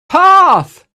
path